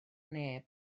neb